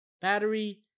battery